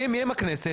מי אלה הכנסת?